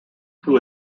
who